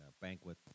banquet